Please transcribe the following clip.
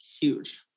huge